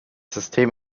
system